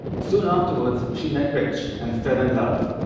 soon afterwards, she met rich and fell in love.